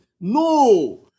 No